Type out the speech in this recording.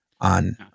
on